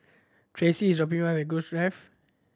Tressie is dropping me off at Grove Drive